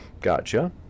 Gotcha